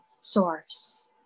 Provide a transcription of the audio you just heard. source